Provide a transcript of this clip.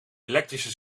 elektrische